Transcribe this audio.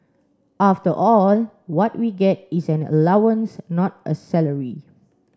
after all what we get is an allowance not a salary